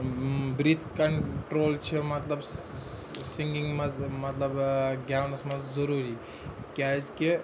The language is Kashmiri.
بریٖتھ کَنٹرول چھُ مطلب سِنگِنگ منٛز مطلب گیونَس منٛز ضروٗری کیازِ کہِ